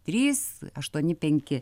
trys aštuoni penki